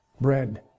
bread